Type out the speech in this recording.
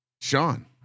Sean